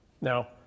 Now